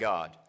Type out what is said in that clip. God